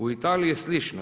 U Italiji je slično.